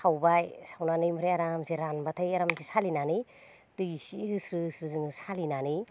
सावबाय सावनानै ओमफ्राय आरामसे रानब्लाथाय सालिनानै दै एसे होस्रो होस्रो जों सालिनानै